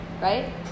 right